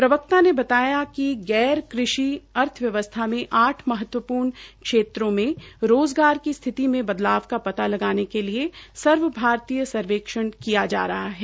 प्रवक्ता ने बताया कि गैर कृषि अर्थव्यवस्था में आठ महत्वपूर्ण क्षेत्रों की स्थिति जो बदलाव का पता लगाने के लिए सर्वभारतीय सर्वेक्षण किया जा रहा है